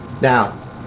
Now